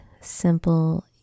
simple